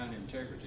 integrity